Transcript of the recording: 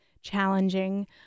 challenging